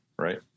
Right